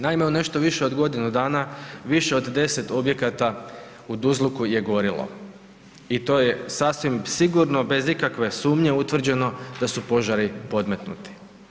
Naime, u nešto više od godinu dana više od 10 objekata u Duzluku je gorjelo i to je sasvim sigurno bez ikakve sumnje utvrđeno da su požari podmetnuti.